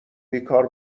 بیکار